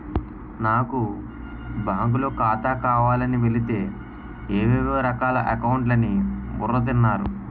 నాకు బాంకులో ఖాతా కావాలని వెలితే ఏవేవో రకాల అకౌంట్లు అని బుర్ర తిన్నారు